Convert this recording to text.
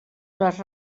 les